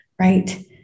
right